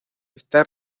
está